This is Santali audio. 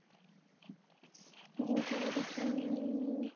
ᱱᱤᱢ ᱛᱤᱭᱟᱹᱜ ᱤᱫᱤ ᱠᱤᱫᱟᱹᱧ ᱱᱤᱢᱤᱧ